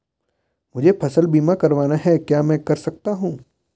मुझे फसल बीमा करवाना है क्या मैं कर सकता हूँ?